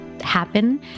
happen